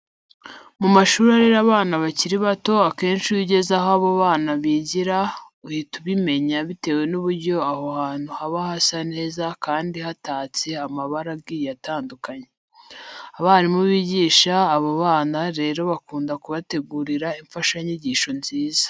Mu mashuri arera abana bakiri bato akenshi iyo ugeze aho abo bana bigira, uhita ubimenya bitewe n'uburyo aho hantu haba hasa neza kandi hatatse amabara agiye atandukanye. Abarimu bigisha aba bana rero bakunda kubategurira imfashanyigisho nziza.